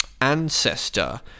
ancestor